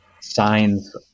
signs